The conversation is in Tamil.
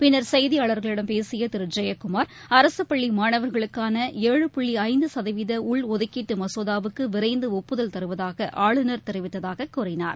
பின்னர் செய்தியாளர்களிடம் பேசிய திரு ஜெயக்குமார் அரசு பள்ளி மாணவர்களுக்கான ஏழு புள்ளி ஐந்து சதவீத உள்ஒதுக்கீட்டு மசோதாவுக்கு விரைந்து ஒப்புதல் தருவதாக ஆளுநர் தெரிவித்ததாகக் கூறினார்